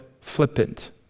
flippant